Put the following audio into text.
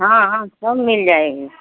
हाँ हाँ सब मिल जाएंगे